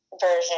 version